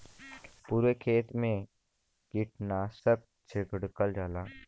पुरे खेत मे कीटनाशक छिड़कल जाला